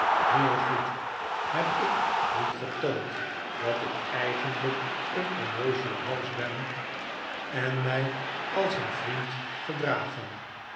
heel goed heb ik niet getoond dat ik eigenlijk een onnoozele hals ben en mij als een vriend gedragen